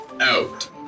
out